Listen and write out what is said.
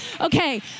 Okay